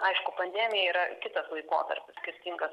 aišku pandemija yra kitas laikotarpis skirtingas